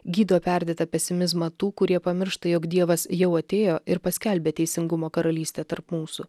gydo perdėtą pesimizmą tų kurie pamiršta jog dievas jau atėjo ir paskelbė teisingumo karalystę tarp mūsų